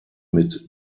mit